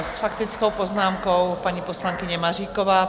S faktickou poznámkou paní poslankyně Maříková.